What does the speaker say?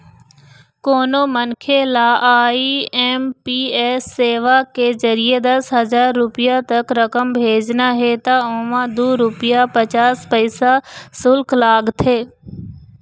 कोनो मनखे ल आई.एम.पी.एस सेवा के जरिए दस हजार रूपिया तक रकम भेजना हे त ओमा दू रूपिया पचास पइसा सुल्क लागथे